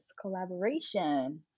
collaboration